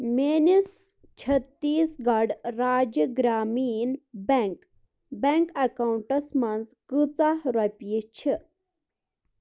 میٛٲنِس Chhattisgarh Rajya Gramin bank bank accounts منٛز کۭژاہ رۄپیہِ چھِ